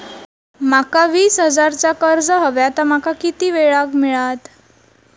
माका वीस हजार चा कर्ज हव्या ता माका किती वेळा क मिळात?